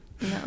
No